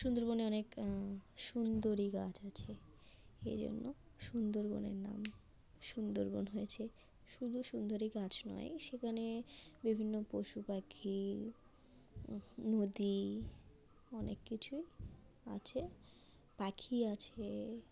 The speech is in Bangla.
সুন্দরবনে অনেক সুন্দরী গাছ আছে এ জন্য সুন্দরবনের নাম সুন্দরবন হয়েছে শুধু সুন্দরী গাছ নয় সেখানে বিভিন্ন পশুপাখি নদী অনেক কিছুই আছে পাখি আছে